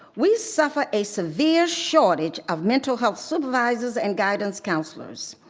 we suffer a severe shortage of mental health supervisors and guidance counselors.